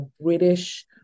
British